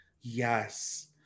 Yes